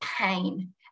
pain